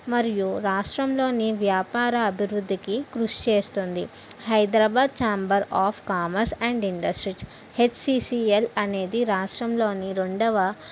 మరియు రాష్ట్రంలోని వ్యాపార అభివృద్ధికి కృషి చేస్తుంది Hyderabad Chamber of Commerce and Industries HCCL అనేది రాష్ట్రంలోని రెండవ